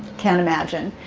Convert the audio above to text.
can't imagine.